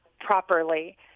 properly